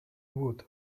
wood